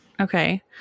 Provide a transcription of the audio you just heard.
Okay